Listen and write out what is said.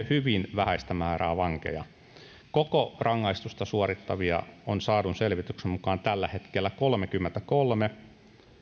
hyvin vähäistä määrää vankeja koko rangaistusta suorittavia on saadun selvityksen mukaan tällä hetkellä kolmekymmentäkolme